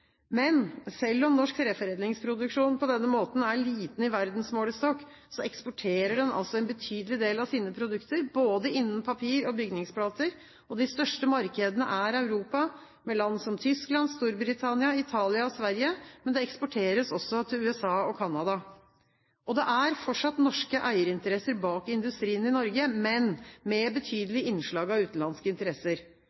Men selv om norsk treforedlingsproduksjon på denne måten er liten i verdensmålestokk, eksporterer den en betydelig del av sine produkter – både innenfor papir og innenfor bygningsplater. De største markedene er Europa, med land som Tyskland, Storbritannia, Italia og Sverige, men det eksporteres også til USA og Canada. Det er fortsatt norske eierinteresser bak industrien i Norge, men med